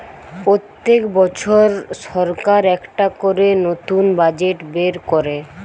পোত্তেক বছর সরকার একটা করে নতুন বাজেট বের কোরে